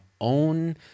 own